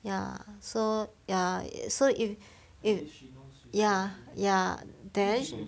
ya so ya so if if ya ya then